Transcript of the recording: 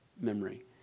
memory